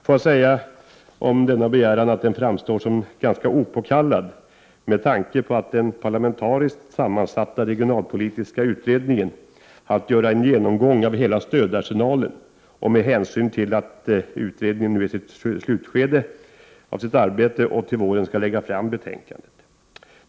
Får jag om denna begäran säga, att den framstår som ganska opåkallad med tanke på att den parlamentariskt sammansatta regionalpolitiska utredningen har att göra en genomgång av hela stödarsenalen och med hänsyn till att utredningen nu är i slutskedet av sitt arbete och till våren skall lägga fram sitt betänkande.